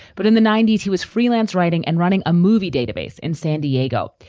but in the ninety s he was freelance, writing and running a movie database in san diego.